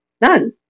none